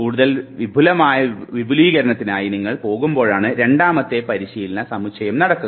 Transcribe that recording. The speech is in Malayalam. കൂടുതൽ വിപുലമായ വിപുലീകരണത്തിനായി നിങ്ങൾ പോകുമ്പോളാണ് രണ്ടാമത്തെ പരിശീലന സമുച്ചയം നടക്കുക